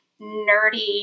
nerdy